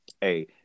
Hey